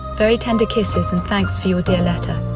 very tender kisses and thanks for your dear letter.